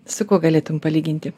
su kuo galėtum palyginti